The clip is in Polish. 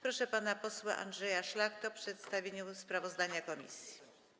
Proszę pana posła Andrzeja Szlachtę o przedstawienie sprawozdania komisji.